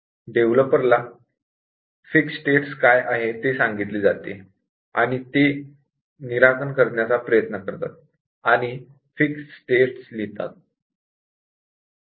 developer ला fix status काय आहे ते सांगितले जाते ते निराकरण करण्याचा प्रयत्न करतात आणि फिक्स स्टेटस लिहितात